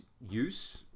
use